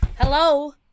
Hello